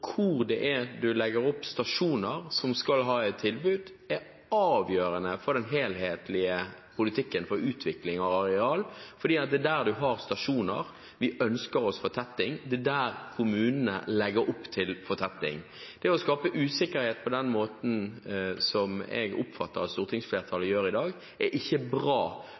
hvor en legger stasjoner som skal ha et tilbud, er avgjørende for den helhetlige politikken for utvikling av areal, fordi det er der det er stasjoner, vi ønsker oss fortetting. Det er der kommunene legger opp til fortetting. Det å skape usikkerhet på den måten som jeg oppfatter at stortingsflertallet gjør i dag, er ikke bra